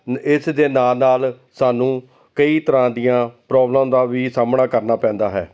ਇਸ ਦੇ ਨਾਲ ਨਾਲ ਸਾਨੂੰ ਕਈ ਤਰ੍ਹਾਂ ਦੀਆਂ ਪ੍ਰੋਬਲਮ ਦਾ ਵੀ ਸਾਹਮਣਾ ਕਰਨਾ ਪੈਂਦਾ ਹੈ